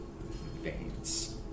veins